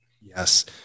Yes